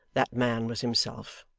that man was himself.